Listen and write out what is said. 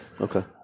Okay